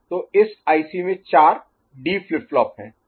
तो इस आईसी में चार डी फ्लिप फ्लॉप हैं